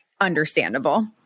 understandable